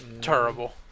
Terrible